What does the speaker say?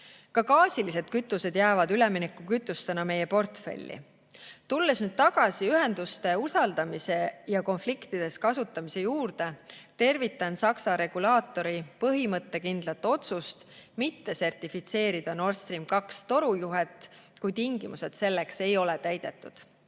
Ka gaasilised kütused jäävad üleminekukütusena meie portfelli. Tulles tagasi ühenduste usaldamise ja konfliktides kasutamise juurde, tervitan Saksa regulaatori põhimõttekindlat otsust mitte sertifitseerida Nord Stream 2 torujuhet, kui tingimused selleks ei ole täidetud.